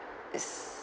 is